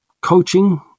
coaching